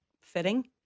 fitting